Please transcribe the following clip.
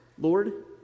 Lord